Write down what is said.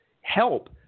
help